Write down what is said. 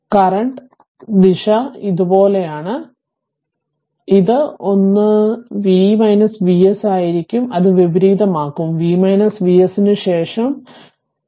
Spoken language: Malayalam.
കറന്റ് ദിശ ഇതുപോലെയാണ് n ഇത് ഒന്ന് v V s ആയിരിക്കും അത് വിപരീതമാക്കും അത് V V s ന് ശേഷം r ആണ്